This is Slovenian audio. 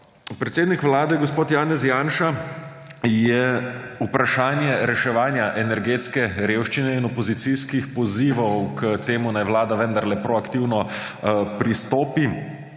Predsednik Vlade gospod Janez Janša je vprašanje reševanja energetske revščine in opozicijskih pozivov k temu, naj vlada vendarle proaktivno pristopi,